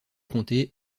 comté